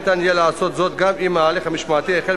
ניתן יהיה לעשות זאת גם אם ההליך המשמעתי החל